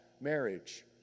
marriage